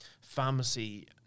pharmacy